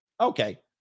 Okay